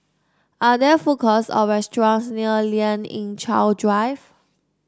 are there food courts or restaurants near Lien Ying Chow Drive